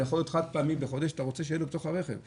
זה יכול להיות חד פעמי בחודש ואתה רוצה שיהיה לו בתוך הרכב,